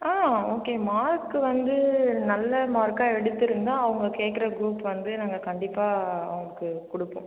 ஆ okay mark வந்து நல்ல மார்க்காக எடுத்திருந்தா அவங்க கேட்குற குரூப் வந்து நாங்கள் கண்டிப்பாக அவங்களுக்கு கொடுப்போம்